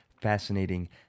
fascinating